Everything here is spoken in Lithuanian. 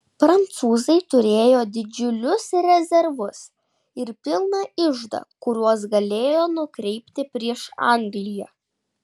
prancūzai turėjo didžiulius rezervus ir pilną iždą kuriuos galėjo nukreipti prieš angliją